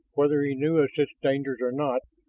whether he knew of such dangers or not,